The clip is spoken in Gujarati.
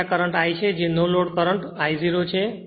તેથી આ કરંટ I છે જે નો લોડ કરંટ I0 છે